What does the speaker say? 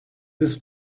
this